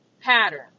pattern